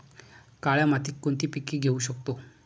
काळ्या मातीत कोणती पिके घेऊ शकतो?